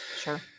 Sure